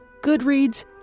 Goodreads